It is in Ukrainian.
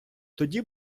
тоді